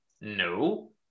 No